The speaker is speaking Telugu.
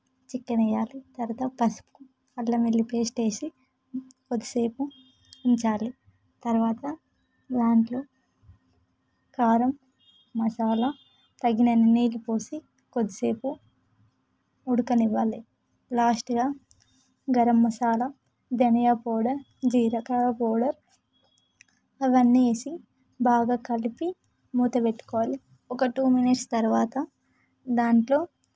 చికెన్ వేయాలి తరువాత పసుపు అల్లం వెల్లుల్లి పేస్ట్ వేసి కొద్దిసేపు ఉంచాలి తర్వాత దానిలో కారం మసాలా తగినన్ని నీళ్ళు పోసి కొద్దిసేపు ఉడకనివ్వాలి లాస్ట్గా గరం మసాలా ధనియా పౌడర్ జీలకర్ర పౌడర్ అవన్నీ వేసి బాగా కలిపి మూత పెట్టుకోవాలి ఒక టూ మినిట్స్ తరువాత దానిలో